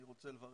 אני רוצה לברך